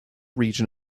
region